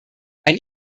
ein